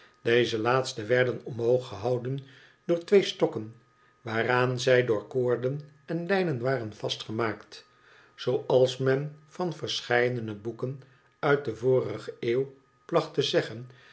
deze laatste werden omhoog gehouden door twee stokken waaraan zij door koorden en lijnen waren vastgemaakt zooals men van verscheidene boeken uit de vorige eeuw placht te zeggen